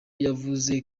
yavuze